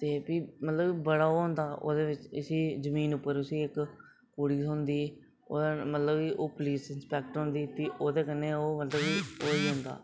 ते फ्ही मतलब कि बड़ा ओह् होंदा ओह्दे बिच इसी जमीन उप्पर उसी इक कुड़ी थ्होंदी ओह्दा मतलब कि ओह् पलीस इंसफेक्टर होंदी ओह्दे कन्नै ओह् मतलब ओह् होई जंदा